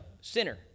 sinner